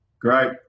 Great